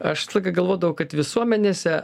aš visą laiką galvodavau kad visuomenėse